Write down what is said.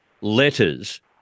letters